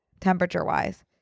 temperature-wise